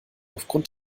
aufgrund